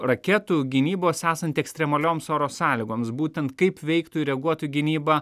raketų gynybos esant ekstremalioms oro sąlygoms būtent kaip veiktų reaguotų gynyba